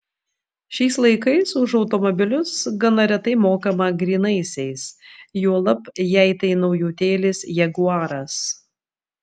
šiais laikais už automobilius gana retai mokama grynaisiais juolab jei tai naujutėlis jaguaras